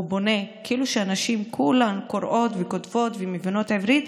הוא פונה כאילו שהנשים כולן קוראות וכותבות ומבינות עברית,